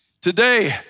Today